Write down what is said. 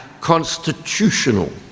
constitutional